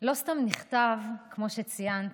לא סתם נכתב, כמו שציינת,